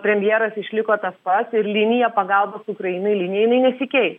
premjeras išliko tas pats ir linija pagalbos ukrainai linija jinai nesikeis